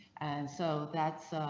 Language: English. and so that's.